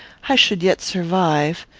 i should yet survive,